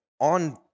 On